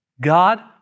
God